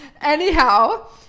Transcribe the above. Anyhow